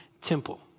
temple